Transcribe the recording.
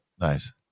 Nice